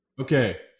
Okay